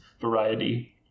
variety